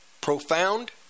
profound